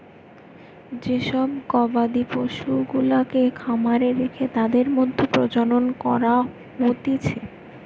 যে সব গবাদি পশুগুলাকে খামারে রেখে তাদের মধ্যে প্রজনন করা হতিছে